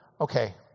Okay